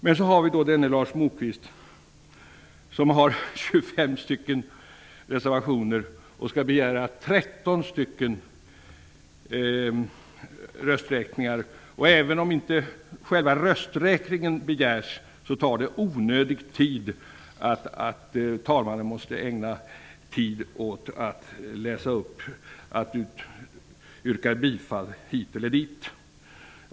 Men så har vi då denna Lars Moquist som har 25 reservationer och tänker begära 13 rösträkningar. Och även om inte själva rösträkningen begärs tar det onödig tid när talmannen måste läsa upp att det yrkas bifall hit eller dit.